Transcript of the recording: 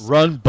Run